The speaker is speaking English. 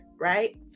right